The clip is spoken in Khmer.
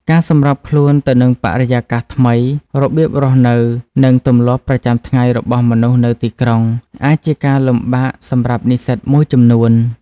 ការសម្របខ្លួនទៅនឹងបរិយាកាសថ្មី របៀបរស់នៅ និងទម្លាប់ប្រចាំថ្ងៃរបស់មនុស្សនៅទីក្រុង អាចជាការលំបាកសម្រាប់និស្សិតមួយចំនួន។